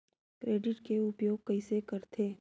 Credit के उपयोग कइसे करथे?